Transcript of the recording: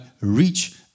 reach